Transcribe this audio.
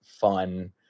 fun